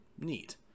Neat